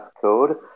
code